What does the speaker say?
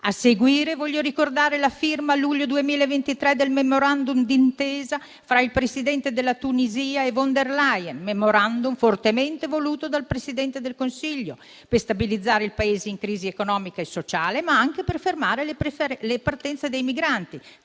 A seguire, voglio ricordare la firma a luglio 2023 del Memorandum d'intesa fra il Presidente della Tunisia e Von der Leyen, fortemente voluto dal Presidente del Consiglio, per stabilizzare i Paesi in crisi economica e sociale, ma anche per fermare le partenze dei migranti;